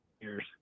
years